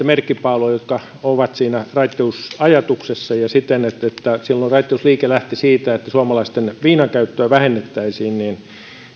merkkipaaluista jotka ovat siinä raittiusajatuksessa ja silloin raittiusliike lähti siitä että suomalaisten viinankäyttöä vähennettäisiin